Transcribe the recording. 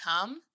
come